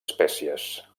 espècies